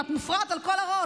ואת מופרעת על כל הראש,